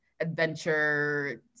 adventure